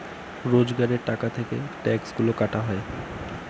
রোজগারের টাকা থেকে ট্যাক্সগুলা কাটা হয়